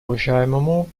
уважаемому